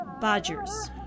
Badgers